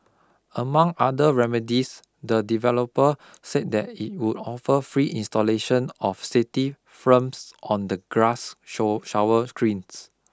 among other remedies the developer said that it would offer free installation of safety films on the glass show shower screens